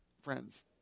friends